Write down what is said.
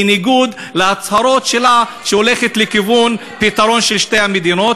בניגוד להצהרות שלה שהיא הולכת לכיוון של פתרון של שתי מדינות.